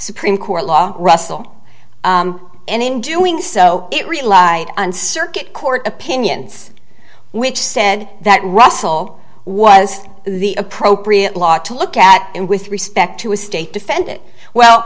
supreme court law russell and in doing so it relied on circuit court opinions which said that russell was the appropriate law to look at and with respect to his state defend it well